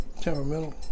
temperamental